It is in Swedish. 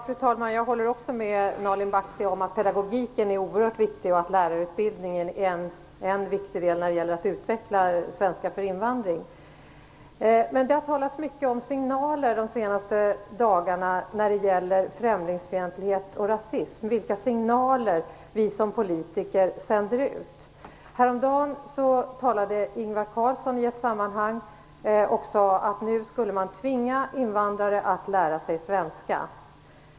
Fru talman! Jag håller också med Nalin Baksi om att pedagogiken är oerhört viktig och att lärarutbildningen är en viktig del när det gäller att utveckla ämnet svenska för invandrare. Men det har talats mycket om signaler de senaste dagarna. Det har handlat om vilka signaler vi som politiker sänder ut när det gäller främlingsfientlighet och rasism. Häromdagen sade Ingvar Carlsson att man nu skulle tvinga invandrare att lära sig svenska.